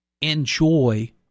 Enjoy